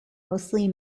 mostly